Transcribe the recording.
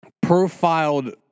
profiled